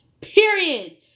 period